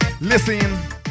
Listen